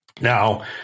Now